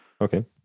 okay